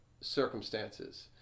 circumstances